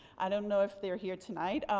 i don't know if they're here tonight.